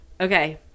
Okay